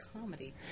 comedy